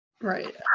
Right